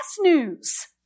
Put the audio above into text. news